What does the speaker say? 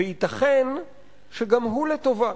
וייתכן שגם הוא לטובה,